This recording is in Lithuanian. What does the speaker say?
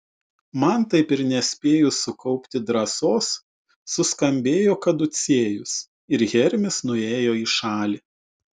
man taip ir nespėjus sukaupti drąsos suskambėjo kaducėjus ir hermis nuėjo į šalį